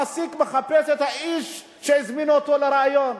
המעסיק מחפש את האיש שהזמינו אותו לריאיון.